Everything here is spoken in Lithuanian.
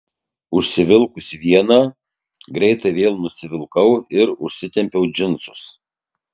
užsivilkusi vieną greitai vėl nusivilkau ir užsitempiau džinsus